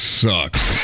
sucks